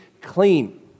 clean